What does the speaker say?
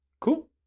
Cool